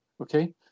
okay